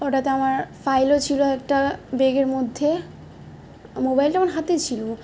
ওটাতে আমার ফাইলও ছিলো একটা ব্যাগের মধ্যে মোবাইলটা আমার হাতে ছিলো